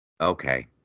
Okay